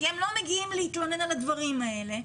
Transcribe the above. כי הם לא מגיעים להתלונן על הדברים האלה.